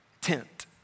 tent